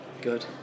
Good